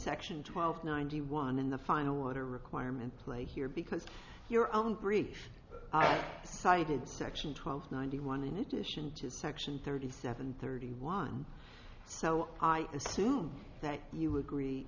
section twelve ninety one in the final water requirement play here because your own brief cited section twelve ninety one in addition to section thirty seven thirty one so i assume that you agree